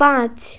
পাঁচ